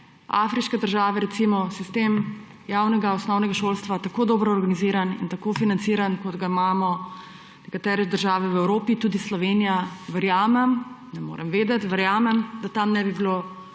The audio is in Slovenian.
afriške države, recimo, sistem javnega osnovnega šolstva tako dobro organiziran in tako financiran, kot ga imamo nekatere države v Evropi, tudi Slovenija, verjamem, ne morem vedeti, verjamem, da tam ne bi bilo